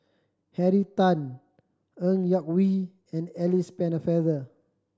Henry Tan Ng Yak Whee and Alice Pennefather